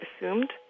assumed